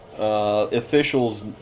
Officials